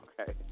okay